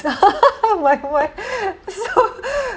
so